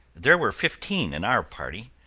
there were fifteen in our party,